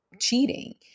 cheating